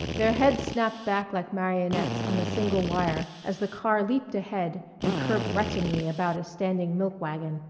their heads snapped back like marionettes on a single wire as the car leaped ahead and curved retchingly about a standing milk-wagon,